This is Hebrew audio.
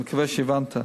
אני מקווה שהבנת,